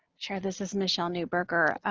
chair, this is michele neuburger.